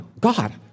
God